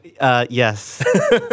Yes